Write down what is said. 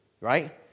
right